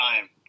time